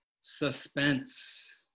suspense